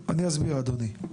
אסביר, אני אסביר אדוני,